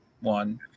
one